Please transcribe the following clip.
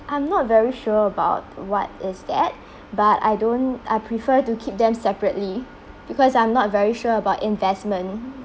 I'm not very sure about what is that but I don't I prefer to keep them separately because I'm not very sure about investment